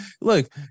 look